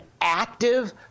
active